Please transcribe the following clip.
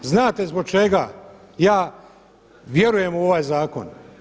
Znate zbog čega ja vjerujem u ovaj zakon?